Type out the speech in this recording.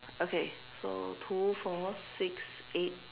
okay so two four six eight